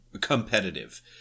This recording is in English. competitive